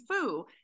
fu